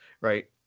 Right